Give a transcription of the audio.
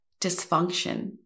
dysfunction